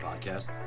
podcast